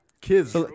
Kids